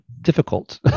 difficult